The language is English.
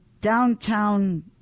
downtown